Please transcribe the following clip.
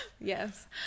yes